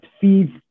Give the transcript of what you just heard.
feeds